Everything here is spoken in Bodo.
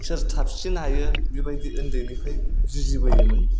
सोर थाबसिन हायो बेबायदि उन्दैनिफ्राय जुजिबोयोमोन